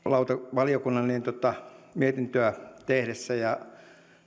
valiokunnalle mietintöä tehdessä ja